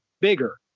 bigger